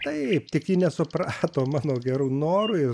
taip tik ji nesuprato mano gerų norų ir